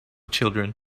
children